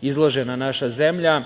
izložena naša zemlja,